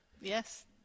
Yes